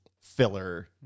filler